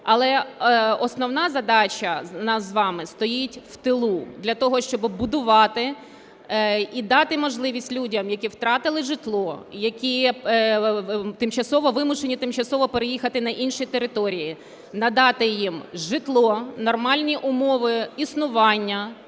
Але основна задача нас з вами стоїть в тилу. Для того, щоби будувати і дати можливість людям, які втратили житло, які вимушені тимчасово переїхати на інші території, надати їм житло, нормальні умови існування,